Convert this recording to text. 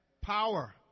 power